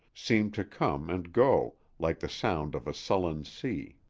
seemed to come and go, like the sound of a sullen sea.